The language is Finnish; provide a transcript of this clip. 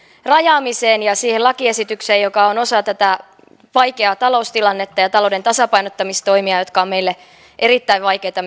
rajaamiseen ja siihen lakiesitykseen joka on osa tätä vaikeaa taloustilannetta ja talouden tasapainottamistoimia jotka ovat myös meille hallituksen jäsenille erittäin vaikeita